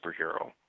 superhero